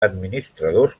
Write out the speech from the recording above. administradors